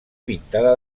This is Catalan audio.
pintada